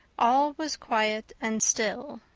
all was quiet and still.